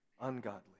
Ungodly